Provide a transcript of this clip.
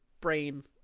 brain